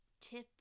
tip